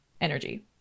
energy